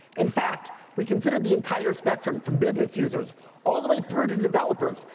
in fact, we consider the entire spectrum from business users all the way through to developers,